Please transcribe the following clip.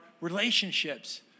relationships